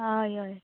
हय हय